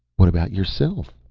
what about yourself?